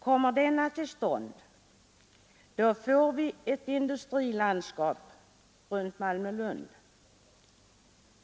Kommer denna till stånd får vi ett industrilandskap runt Malmö—Lund.